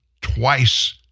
Twice